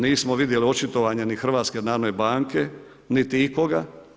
Nismo vidjeli očitovanje ni HNB-a, niti ikoga.